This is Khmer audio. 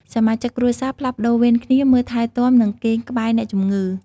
សមាជិកគ្រួសារផ្លាស់ប្តូរវេនគ្នា មើលថែទាំ និងគេងក្បែរអ្នកជម្ងឺ។